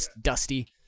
dusty